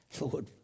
Lord